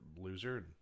loser